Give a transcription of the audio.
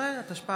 11), התשפ"א